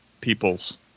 peoples